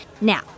Now